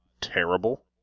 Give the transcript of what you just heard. terrible